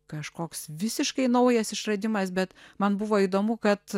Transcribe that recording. kažkoks visiškai naujas išradimas bet man buvo įdomu kad